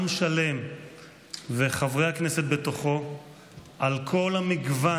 עם שלם וחברי הכנסת בתוכו על כל המגוון